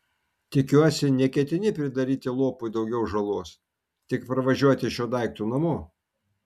tikiuosi neketini pridaryti lopui daugiau žalos tik parvažiuoti šiuo daiktu namo